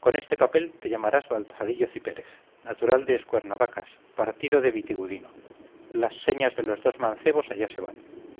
con este papel te llamarás baltasarillo cipérez natural de escuernavacas partido de vitigudino las señas de los dos mancebos allá se van